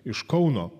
iš kauno